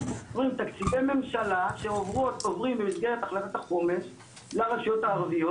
תקציבי ממשלה שהועברו או שעוברים במסגרת החלטת החומש לרשויות הערביות,